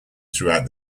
throughout